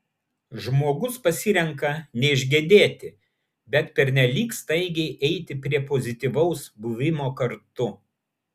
žmogus pasirenka neišgedėti bet pernelyg staigiai eiti prie pozityvaus buvimo kartu